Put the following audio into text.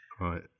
right